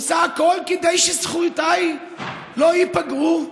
עושה הכול כדי שזכויותיי לא ייפגעו,